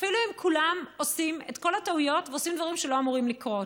אפילו אם כולם עושים את כל הטעויות ועושים דברים שלא אמורים לקרות.